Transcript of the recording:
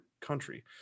country